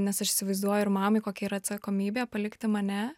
nes aš įsivaizduoju ir mamai kokia yra atsakomybė palikti mane